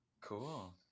Cool